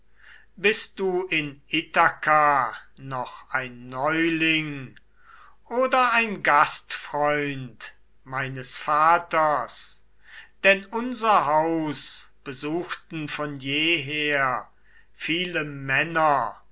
bist du in ithaka noch ein neuling oder ein gastfreund meines vaters denn unser haus besuchten von jeher viele männer